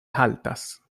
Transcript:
haltas